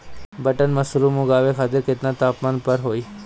Button mushroom उगावे खातिर केतना तापमान पर होई?